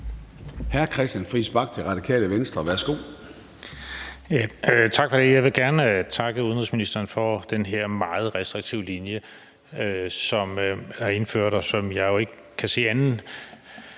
21:49 Christian Friis Bach (RV): Tak for det. Jeg vil gerne takke udenrigsministeren for den her meget restriktive linje, som er indført, og hvor jeg jo ikke kan se andet,